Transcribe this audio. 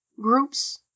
groups